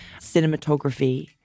cinematography